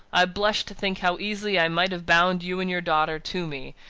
i blush to think how easily i might have bound you and your daughter to me,